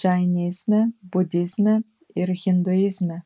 džainizme budizme ir hinduizme